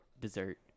dessert